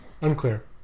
unclear